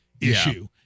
issue